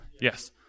yes